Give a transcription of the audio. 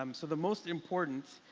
um so the most important,